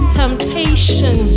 temptation